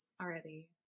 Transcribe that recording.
already